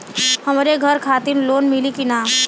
हमरे घर खातिर लोन मिली की ना?